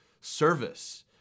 service